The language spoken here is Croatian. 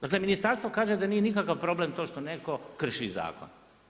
Dakle, ministarstvo kaže da nije nikakav problem to što netko krši zakon.